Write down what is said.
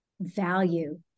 value